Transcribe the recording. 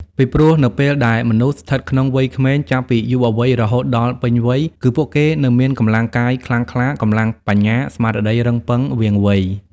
ពីព្រោះនៅពេលដែលមនុស្សស្ថិតក្នុងវ័យក្មេងចាប់ពីយុវវ័យរហូតដល់ពេញវ័យ គឺពួកគេនៅមានកម្លាំងកាយខ្លាំងក្លា កម្លាំងបញ្ញា ស្មារតីរឹងប៉ឹង វាងវៃ ។